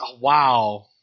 Wow